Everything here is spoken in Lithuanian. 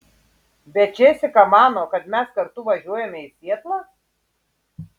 bet džesika mano kad mes kartu važiuojame į sietlą